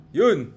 yun